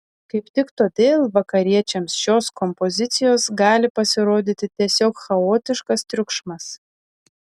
kaip tik todėl vakariečiams šios kompozicijos gali pasirodyti tiesiog chaotiškas triukšmas